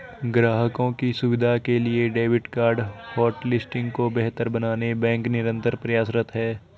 ग्राहकों की सुविधा के लिए डेबिट कार्ड होटलिस्टिंग को बेहतर बनाने बैंक निरंतर प्रयासरत है